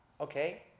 okay